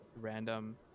random